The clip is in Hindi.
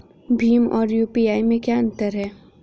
भीम और यू.पी.आई में क्या अंतर है?